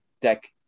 deck